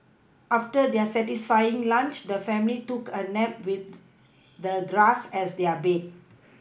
after their satisfying lunch the family took a nap with the grass as their bed